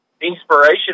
inspiration